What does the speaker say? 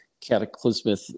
cataclysmic